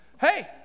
hey